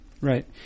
Right